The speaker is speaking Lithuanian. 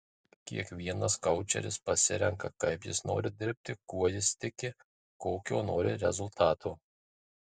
kiekvienas koučeris pasirenka kaip jis nori dirbti kuo jis tiki kokio nori rezultato